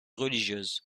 religieuses